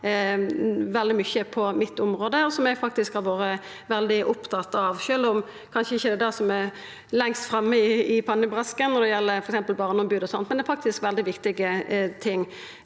veldig mykje på mitt område, og som eg faktisk har vore veldig opptatt av, sjølv om det kanskje ikkje er det som er lengst framme i pannebrasken, når det gjeld f.eks. Barneombodet og slikt, men det er faktisk veldig viktige ting.